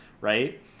right